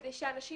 כדי שאנשים